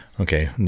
Okay